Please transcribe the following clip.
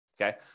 okay